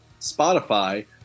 Spotify